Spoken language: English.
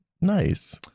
Nice